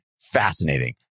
fascinating